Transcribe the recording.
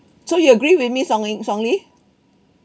so you agree with me song-ling song-ling